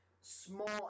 small